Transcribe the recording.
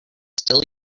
still